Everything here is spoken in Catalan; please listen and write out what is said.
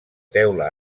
teula